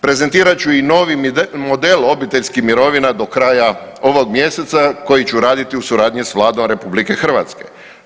Prezentirat ću i novi model obiteljskih mirovina do kraja ovog mjeseca koji ću raditi u suradnji sa Vladom RH.